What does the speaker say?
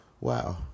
wow